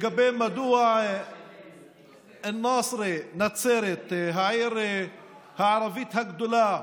מדוע א-נאצרה, נצרת, העיר הערבית הגדולה,